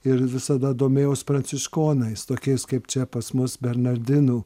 ir visada domėjaus pranciškonais tokiais kaip čia pas mus bernardinų